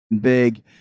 big